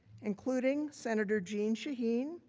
including senator jeanne shaheen,